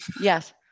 Yes